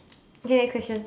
okay next question